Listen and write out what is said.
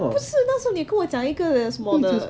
不是那时候你跟我讲一个的什么的